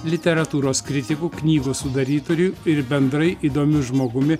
literatūros kritiku knygos sudarytoriu ir bendrai įdomiu žmogumi